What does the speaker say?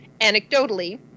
anecdotally